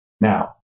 Now